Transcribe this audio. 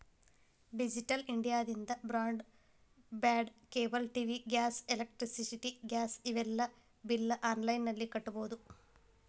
digital ಇಂಡಿಯಾದಿಂದ broadband cable TV gas electricity gas ಇವೆಲ್ಲಾ ಬಿಲ್ನ ಆನ್ಲೈನ್ ನಲ್ಲಿ ಕಟ್ಟಬೊದು